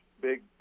big